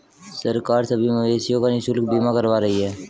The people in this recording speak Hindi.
सरकार सभी मवेशियों का निशुल्क बीमा करवा रही है